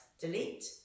delete